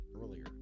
earlier